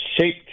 shape